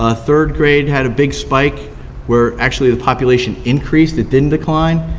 ah third grade had a big spike where actually the population increased, it didn't decline,